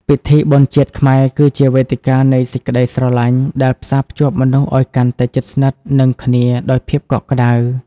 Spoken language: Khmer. ពិធីបុណ្យជាតិខ្មែរគឺជា "វេទិកានៃសេចក្ដីស្រឡាញ់" ដែលផ្សារភ្ជាប់មនុស្សឱ្យកាន់តែជិតស្និទ្ធនឹងគ្នាដោយភាពកក់ក្ដៅ។